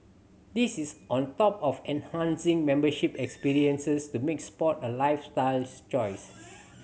this is on top of enhancing membership experiences to make sport a lifestyles choice